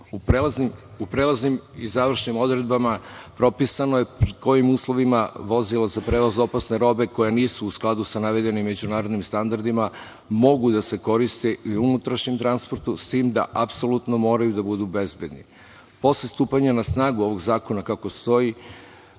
U prelaznim i završnim odredbama propisno je pod kojim uslovima vozila za prevoz opasne robe koja nisu u skladu sa navedenim međunarodnim standardima mogu da se koriste i u unutrašnjem transportu, s tim da apsolutno moraju da budu bezbedni. Posle stupanja na snagu ovog zakona, kako stoji,